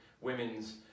women's